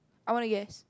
I want to guess